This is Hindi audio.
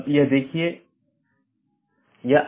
तो यह दूसरे AS में BGP साथियों के लिए जाना जाता है